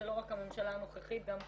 לא רק הנוכחית, גם קודמות,